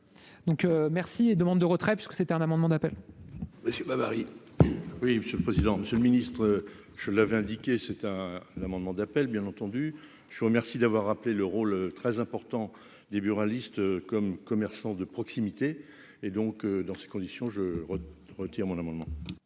donc merci et demande de retrait puisque c'était un amendement d'appel. Pas Paris oui monsieur le président, Monsieur le Ministre, je l'avais indiqué, c'est à l'amendement d'appel, bien entendu, je vous remercie d'avoir appelé le rôle très important des buralistes comme commerçants de proximité et donc dans ces conditions, je retire mon amendement.